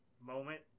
moment